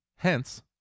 Hence